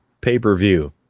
pay-per-view